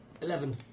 Eleven